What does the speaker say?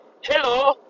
hello